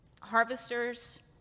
harvesters